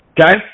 okay